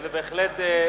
וזה בהחלט,